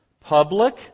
public